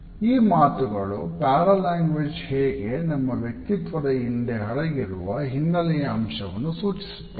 ಈ ಮಾತುಗಳು paralanguage ಹೇಗೆ ನಮ್ಮ ವ್ಯಕ್ತಿತ್ವದ ಹಿಂದೆ ಅಡಗಿರುವ ಹಿನ್ನಲೆಯ ಅಂಶವನ್ನು ಸೂಚಿಸುತ್ತದೆ